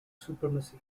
supremacy